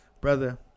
Brother